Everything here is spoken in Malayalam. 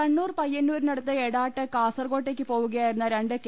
കണ്ണൂർ പയ്യന്നൂരിനടുത്ത് എടാട്ട് കാസർകോട്ടേക്ക് പോവുകയായിരുന്ന രണ്ട് കെ